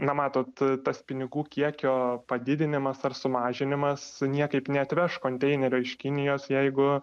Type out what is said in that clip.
na matot tas pinigų kiekio padidinimas ar sumažinimas niekaip neatveš konteinerio iš kinijos jeigu